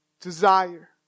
desire